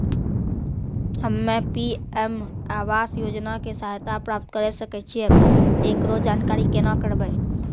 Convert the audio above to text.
हम्मे पी.एम आवास योजना के सहायता प्राप्त करें सकय छियै, एकरो जानकारी केना करबै?